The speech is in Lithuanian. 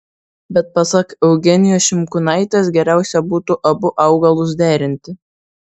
bet pasak eugenijos šimkūnaitės geriausia būtų abu augalus derinti